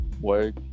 work